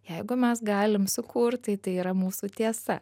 jeigu mes galim sukurt tai tai yra mūsų tiesa